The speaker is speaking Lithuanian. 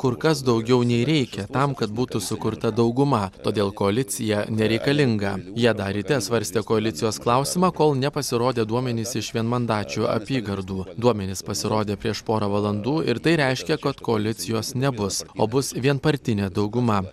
kur kas daugiau nei reikia tam kad būtų sukurta dauguma todėl koalicija nereikalinga jie dar ryte svarstė koalicijos klausimą kol nepasirodė duomenys iš vienmandačių apygardų duomenys pasirodė prieš porą valandų ir tai reiškia kad koalicijos nebus o bus vienpartinė dauguma